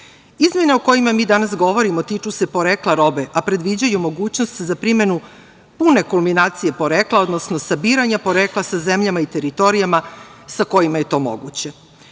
o kojima mi danas govorimo tiču se porekla robe, a predviđaju mogućnost za primenu pune kulminacije porekla, odnosno sabiranja porekla sa zemljama i teritorijama sa kojima je to moguće.